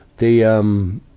the, um,